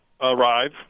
arrive